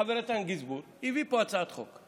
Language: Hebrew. חבר הכנסת איתן גינזבורג הביא לפה הצעת חוק.